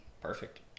Perfect